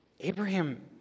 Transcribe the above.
Abraham